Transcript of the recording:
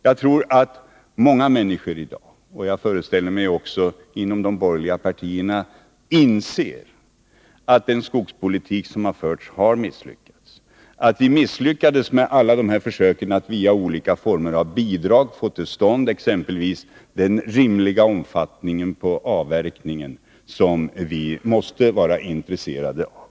Jag tror att många människor i dag — och jag föreställer mig också inom de borgerliga partierna —- inser att den skogspolitik som har förts har misslyckats. Alla de här försöken att via olika former av bidrag få till stånd exempelvis skogsavverkning i en rimlig omfattning har misslyckats.